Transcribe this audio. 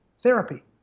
therapy